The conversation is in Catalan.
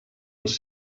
els